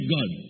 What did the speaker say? God